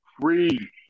Free